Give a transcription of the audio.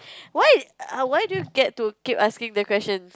what why do you get to keep asking that question